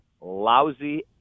lousy